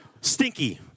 stinky